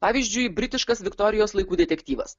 pavyzdžiui britiškas viktorijos laikų detektyvas